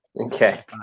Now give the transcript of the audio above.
Okay